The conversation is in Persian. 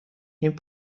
این